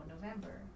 November